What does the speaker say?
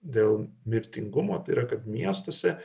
dėl mirtingumo tai yra kad miestuose